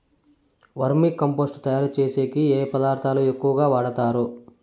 వర్మి compost తయారుచేసేకి ఏ పదార్థాలు ఎక్కువగా వాడుతారు